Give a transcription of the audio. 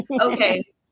okay